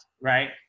right